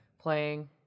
playing